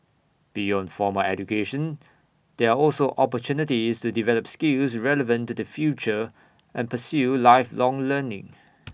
beyond formal education there are also opportunities to develop skills relevant to the future and pursue lifelong learning